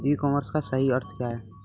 ई commerce का सही अर्थ क्या है?